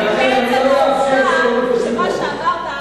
האם מעצם העובדה שאמרת,